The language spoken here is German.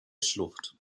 schlucht